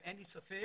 ואין לי ספק